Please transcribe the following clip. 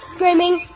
Screaming